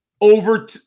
over